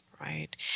Right